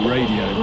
Radio